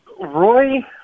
Roy